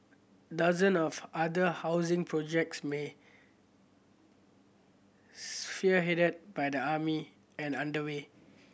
dozen of other housing projects may sphere headed by the army and underway